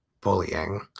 bullying